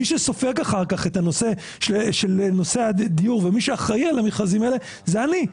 מי שסופג אחר כך את הנושא הדיור ומי שאחראי על המכרזים האלה זה אני.